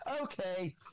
Okay